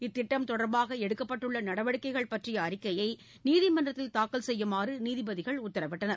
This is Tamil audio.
இத்திட்டம் தொடர்பாக எடுக்கப்பட்டுள்ள நடவடிக்கைகள் பற்றிய அறிக்கையை நீதிமன்றத்தில் தாக்கல் செய்யுமாறு நீதிபதிகள் உத்தரவிட்டனர்